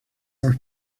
are